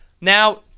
Now